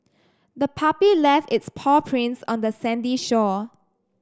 the puppy left its paw prints on the sandy shore